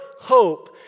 hope